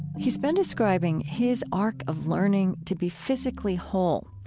he's been describing his arc of learning to be physically whole.